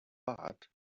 but